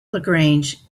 lagrange